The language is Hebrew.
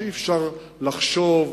שאי-אפשר לחשוב,